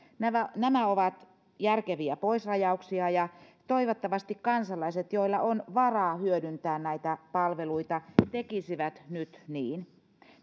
nämä nämä ovat järkeviä poisrajauksia ja toivottavasti kansalaiset joilla on varaa hyödyntää näitä palveluita tekisivät nyt niin